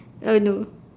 uh no